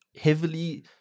Heavily